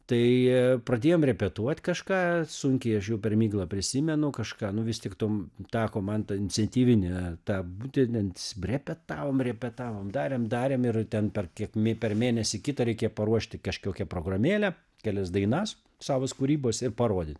tai pradėjom repetuot kažką sunkiai aš jau per miglą prisimenu kažką nu vis tik tų teko man ta iniciatyvinė ta būtent ten b repetavom repetavom darėm darėm ir ten per kiek me per mėnesį kitą reikėjo paruošti kažkokią programėlę kelias dainas savos kūrybos ir parodyt